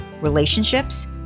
relationships